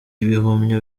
ibihumyo